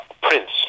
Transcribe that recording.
Prince